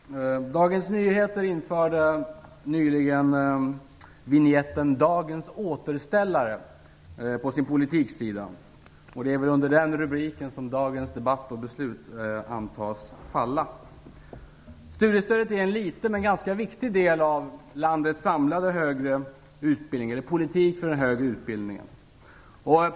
Herr talman! Dagens Nyheter införde nyligen vinjetten "Dagens återställare" på sin politiksida, och det är väl under den rubriken som dagens debatt och beslut kan antas falla. Studiestödet är en liten men ganska viktig del av landets samlade politik för den högre utbildningen.